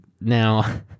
Now